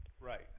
Right